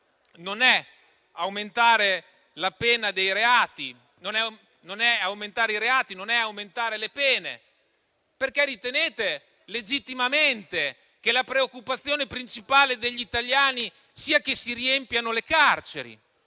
non sia aumentare le pene previste per questi reati, perché ritenete legittimamente che la preoccupazione principale degli italiani sia che si riempiano le carceri.